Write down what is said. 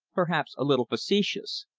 perhaps a little facetious,